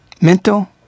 Mental